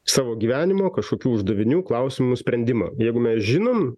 savo gyvenimo kažkokių uždavinių klausimų sprendimą jeigu mes žinom